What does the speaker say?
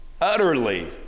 utterly